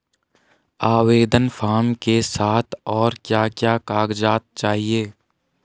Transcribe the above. आवेदन फार्म के साथ और क्या क्या कागज़ात चाहिए?